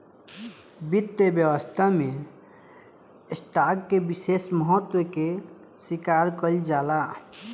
वित्तीय व्यवस्था में स्टॉक के विशेष महत्व के स्वीकार कईल जाला